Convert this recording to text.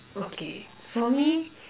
okay for me